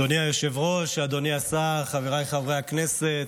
אדוני היושב-ראש, אדוני השר, חבריי חברי הכנסת,